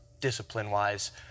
discipline-wise